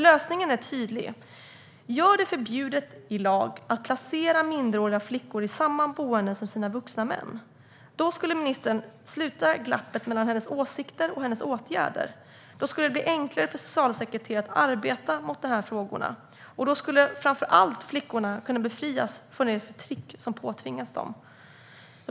Lösningen är tydlig: Gör det förbjudet i lag att placera minderåriga flickor i samma boenden som deras vuxna män! Då skulle ministern sluta glappet mellan sina åsikter och sina åtgärder. Då skulle det bli enklare för socialsekreterare att arbeta med de här frågorna. Och framför allt: Då skulle flickorna kunna befrias från det förtryck som påtvingas dem.